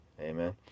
Amen